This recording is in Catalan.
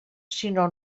sinó